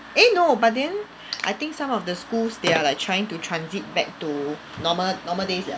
eh no but then I think some of the schools they are like trying to transit back to normal normal days liao